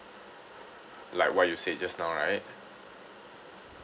like what you said just now right